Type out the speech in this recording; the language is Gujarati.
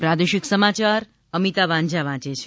પ્રાદેશિક સમાચાર અમિતા વાંઝા વાંચે છે